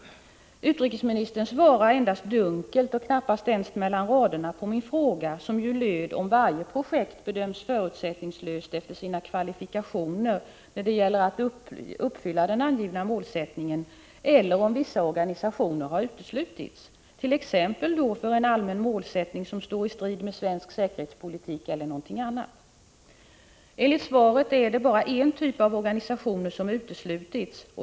Utrikesministern svarar endast dunkelt och knappast ens mellan raderna på min fråga, som löd om varje projekt bedömts förutsättningslöst efter sina kvalifikationer när det gäller att uppfylla den angivna målsättningen eller om vissa organisationer har uteslutits, t.ex. på grund av en allmän målsättning som står i strid med svensk säkerhetspolitik. Enligt svaret är det bara en typ av organisationer som har uteslutits.